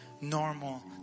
normal